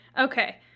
okay